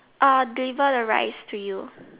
deliver the rice to you